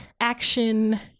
action